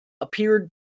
appeared